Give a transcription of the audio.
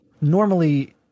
normally